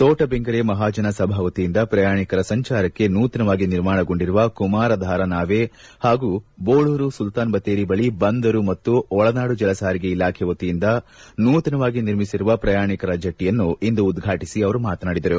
ತೋಟಬೆಂಗರೆ ಮಹಾಜನ ಸಭಾ ವತಿಯಿಂದ ಪ್ರಯಾಣಿಕರ ಸಂಚಾರಕ್ಕೆ ನೂತನವಾಗಿ ನಿರ್ಮಾಣಗೊಂಡಿರುವ ಕುಮಾರಧಾರ ನಾವೆ ಹಾಗೂ ಬೋಳೂರು ಸುಲ್ತಾನ್ಬತ್ತೇರಿ ಬಳಿ ಬಂದರು ಮತ್ತು ಒಳನಾಡು ಜಲಸಾರಿಗೆ ಇಲಾಖೆ ವತಿಯಿಂದ ನೂತನವಾಗಿ ನಿರ್ಮಿಸಿರುವ ಪ್ರಯಾಣಿಕರ ಜೆಟ್ಟಿಯನ್ನು ಇಂದು ಉದ್ಘಾಟಿಸಿ ಅವರು ಮಾತನಾಡಿದರು